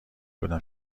بودم